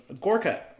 Gorka